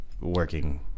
working